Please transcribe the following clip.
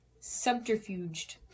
subterfuged